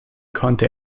konnte